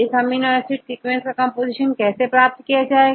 इस amino acid sequence में composition कैसे प्राप्त किया जाए